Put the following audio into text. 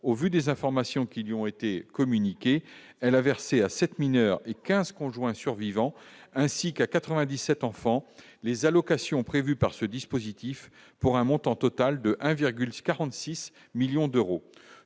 au vu des informations qui lui ont été communiquées, elle a versé à cette mineurs et 15 conjoint survivant, ainsi qu'à 97 enfant les allocations prévues par ce dispositif, pour un montant total de 1 virgule 6 46 millions d'euros,